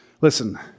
Listen